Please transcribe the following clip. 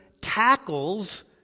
tackles